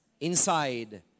inside